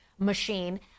machine